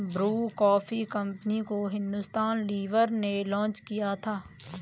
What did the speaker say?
Bru coffee company को Hindustan Lever ने launch किया था